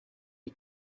you